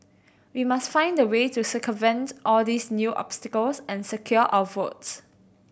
we must find a way to circumvent all these new obstacles and secure our votes